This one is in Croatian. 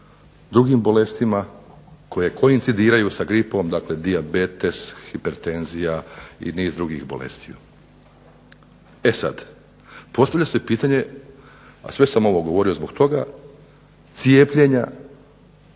drugim bolestima koje koincidiraju sa gripom, dakle dijabetes, hipertenzija i niz drugih bolestiju. E sada, postavlja se pitanje, a sve sam ovo govorio zbog toga cijepljenja